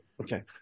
Okay